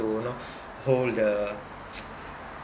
to you know hold the